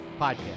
Podcast